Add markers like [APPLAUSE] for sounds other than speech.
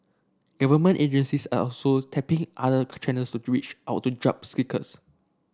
government agencies are also tapping other [UNINTELLIGIBLE] channels to [UNINTELLIGIBLE] out to job seekers